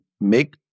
make